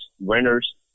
renters